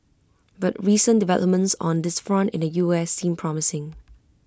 but recent developments on this front in the U S seem promising